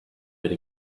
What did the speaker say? been